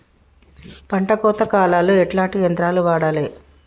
పంట కోత కాలాల్లో ఎట్లాంటి యంత్రాలు వాడాలే?